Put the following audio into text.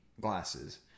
glasses